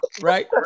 Right